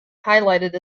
highlighted